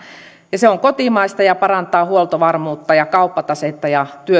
ja se on kotimaista parantaa huoltovarmuutta ja kauppatasetta ja